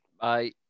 Bye